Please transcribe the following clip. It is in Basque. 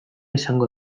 izango